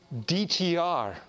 DTR